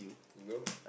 nope